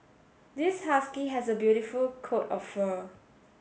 this husky has a beautiful coat of fur